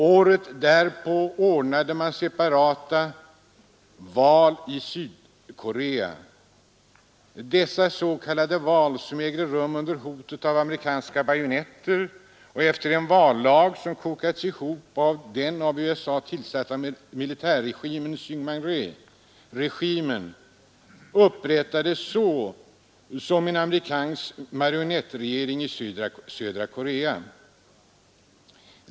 Året därpå ordnade man i Sydkorea separata s.k. val, som ägde rum under hotet av amerikanska bajonetter och efter en vallag som kokats ihop av den USA-tillsatta militärregeringen. Syngman Ree-regimen upprättades som en amerikansk marionettregim i södra Korea.